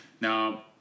Now